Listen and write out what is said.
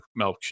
milkshake